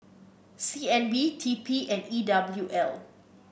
C N B T P and E W L